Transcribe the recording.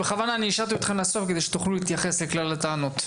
בכוונה השארתי אתכם לסוף כדי שתוכלו להתייחס לכלל הטענות.